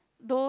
those